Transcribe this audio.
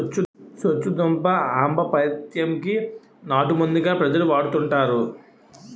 సొచ్చుదుంప ఆంబపైత్యం కి నాటుమందుగా ప్రజలు వాడుతుంటారు